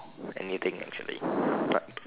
anything actually